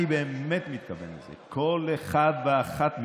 אני באמת מתכוון לזה, כל אחד ואחת מכם,